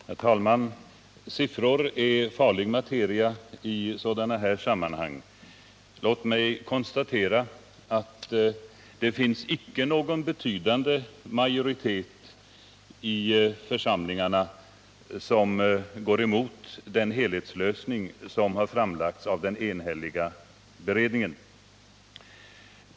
Herr talman! Siffror är farlig materia i sådana här sammanhang. Låt mig konstatera att det icke finns någon betydande majoritet i församlingarna som går emot den helhetslösning som har framlagts av den enhälliga beredningen.